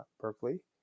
Berkeley